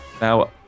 Now